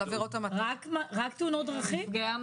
--- שותפים,